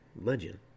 legend